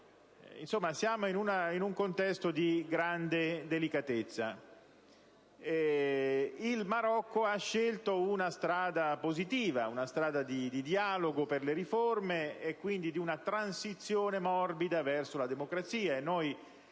Insomma siamo in un contesto di grande delicatezza. Il Marocco ha scelto una strada positiva, una strada di dialogo per le riforme e quindi di una transizione morbida verso la democrazia.